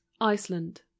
Iceland